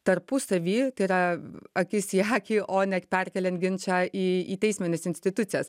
tarpusavy tai yra akis į akį o ne perkeliant ginčą į į teismines institucijas